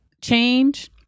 change